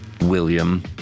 William